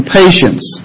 patience